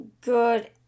good